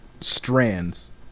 strands